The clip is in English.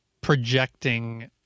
projecting